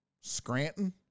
Scranton